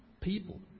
people